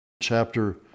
chapter